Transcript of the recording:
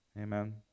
Amen